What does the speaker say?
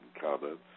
comments